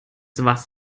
was